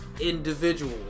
individual